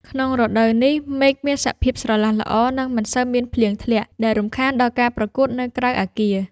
ក្នុងរដូវនេះ មេឃមានសភាពស្រឡះល្អ និងមិនសូវមានភ្លៀងធ្លាក់ ដែលរំខានដល់ការប្រកួតនៅក្រៅអគារ។